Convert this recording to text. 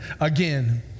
again